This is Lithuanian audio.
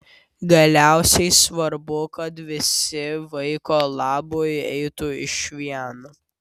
galiausiai svarbu kad visi vaiko labui eitų išvien